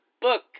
book